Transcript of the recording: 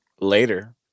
later